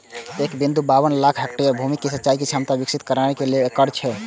एक बिंदु बाबन लाख हेक्टेयर भूमि मे सिंचाइ क्षमता विकसित करनाय एकर लक्ष्य छै